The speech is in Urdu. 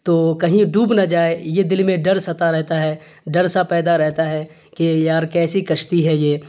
تو کہیں ڈوب نہ جائے یہ دل میں ڈر ستا رہتا ہے ڈر سا پیدا رہتا ہے کہ یار کیسی کشتی ہے یہ